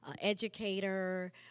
educator